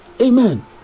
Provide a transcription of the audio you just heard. Amen